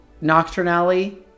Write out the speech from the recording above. Nocturnally